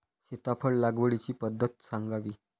सीताफळ लागवडीची पद्धत सांगावी?